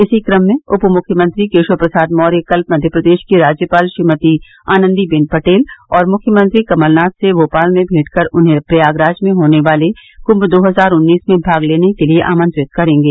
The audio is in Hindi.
इसी कम में उपमुख्यमंत्री केशव प्रसाद मौर्य कल मध्य प्रदेश की राज्यपाल श्रीमती आनन्दी बेन पटेल और मुख्यमंत्री कमलनाथ से भोपाल में मेंट कर उन्हें प्रयागराज में होने वाले कुम्भ दो हजार उन्नीस में भाग लेने के लिए आमंत्रित करेंगे